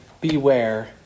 Beware